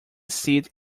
seat